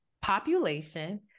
population